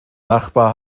nachbar